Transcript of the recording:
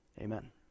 amen